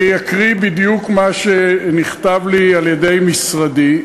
אני אקריא בדיוק מה שנכתב לי על-ידי משרדי,